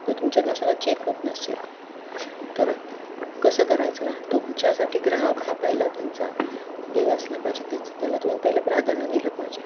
तर तुमच्याकडनं सगळं चेक होत नसेल तर कसं करायचं ना तुमच्यासाठी ग्राहक हा पहिला तुमचा देव असला पाहिजे त्याचं त्याला तुम्ही पहिलं प्राधान्य दिलं पाहिजे